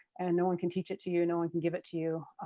and and no one can teach it to you. no one can give it to you.